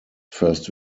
first